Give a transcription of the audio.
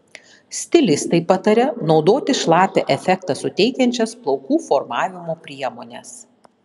stilistai pataria naudoti šlapią efektą suteikiančias plaukų formavimo priemones